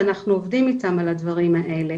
ואנחנו עובדים איתם על הדברים האלה.